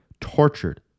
tortured